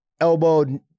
elbowed